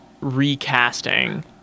recasting